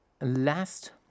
last